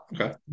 okay